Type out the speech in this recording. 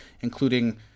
including